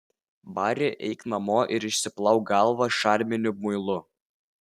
bari eik namo ir išsiplauk galvą šarminiu muilu